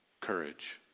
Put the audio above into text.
courage